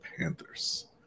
Panthers